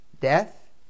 death